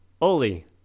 Oli